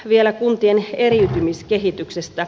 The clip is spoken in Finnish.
vielä kuntien eriytymiskehityksestä